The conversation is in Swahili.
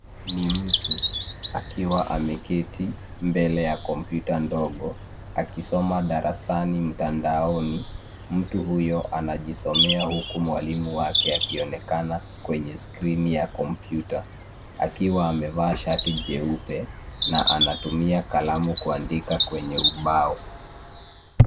Ni mtu akiwa ameketi mbele ya kompyuta ndogo, akisoma darasani mtandaoni. Mtu huyo anajisomea huku mwalimu wake akionekana kwenye skrini ya kompyuta, akiwa amevaa shati jeupe na anatumia kalamu kuandika kwenye ubao.